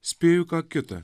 spėju ką kita